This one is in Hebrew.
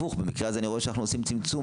במקרה הזה אני רואה שהפוך: אנחנו עושים צמצום,